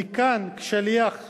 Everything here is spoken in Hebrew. אני כאן, שליח ציבור,